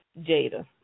Jada